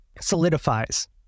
solidifies